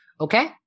Okay